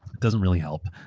doesn't really help.